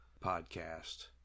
podcast